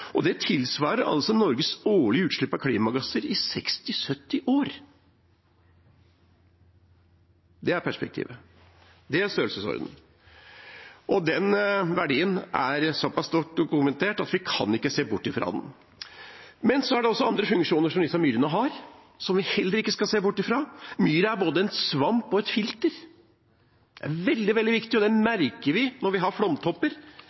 og det tilsvarer Norges årlige utslipp av klimagasser i 60–70 år! Det er perspektivet. Det er størrelsesorden. Verdien er såpass godt dokumentert at vi ikke kan se bort fra den. Men myrene har også andre funksjoner, som vi heller ikke skal se bort fra. Myra er både en svamp og et filter – det er veldig viktig – og det merker vi når vi har flomtopper,